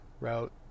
route